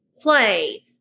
play